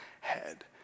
head